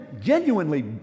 genuinely